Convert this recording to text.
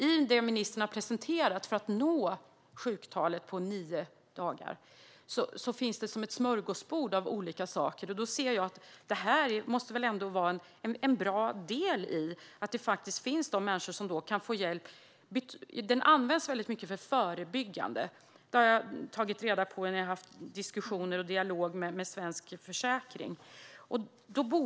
I det ministern har presenterat för att nå sjuktalet på nio dagar finns det ett smörgåsbord av olika saker. Det här måste väl ändå vara en bra del, eftersom människor kan få hjälp och det används väldigt mycket för förebyggande insatser, vilket jag har tagit reda på genom diskussioner och dialog med Svensk Försäkring.